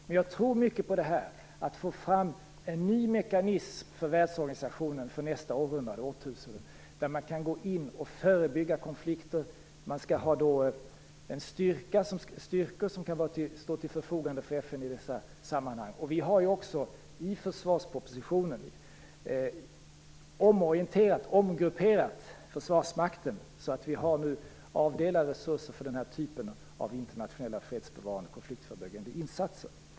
Men jag tror mycket på att få fram en ny mekanism för världsorganisationen för nästa århundrade, eller årtusende, där man kan gå in och förebygga konflikter. Man skall då ha styrkor som kan stå till FN:s förfogande i dessa sammanhang. Vi har också i försvarspropositionen omorienterat och omgrupperat Försvarsmakten så att vi nu har avdelat resurser för den här typen av internationella fredsbevarande och konfliktförebyggande insatser.